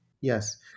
Yes